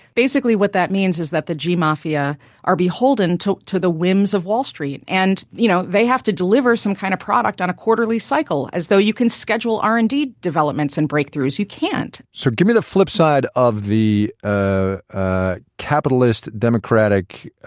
basically what that means is that the g-mafia are beholden to the whims of wall street, and, you know, they have to deliver some kind of product on a quarterly cycle, as though you can schedule r and d developments and breakthroughs. you can't so give me the flip side of the ah ah capitalist democratic